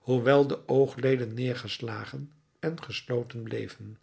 hoewel de oogleden neergeslagen en gesloten bleven